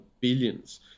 billions